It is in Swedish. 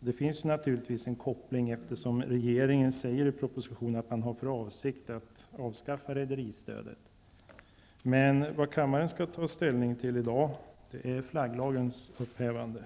Det finns naturligtvis en koppling, eftersom regeringen i propositionen säger att man har för avsikt att avskaffa rederistödet. Men vad kammaren i dag skall ta ställning till är flagglagens upphävande.